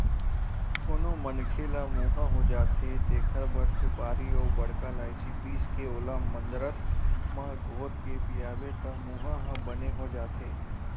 कोनो मनखे ल मुंहा हो जाथे तेखर बर सुपारी अउ बड़का लायची पीसके ओला मंदरस म घोरके पियाबे त मुंहा ह बने हो जाथे